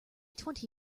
twenty